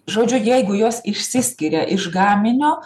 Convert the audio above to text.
žodžiu jeigu jos išsiskiria iš gaminio